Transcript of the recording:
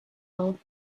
law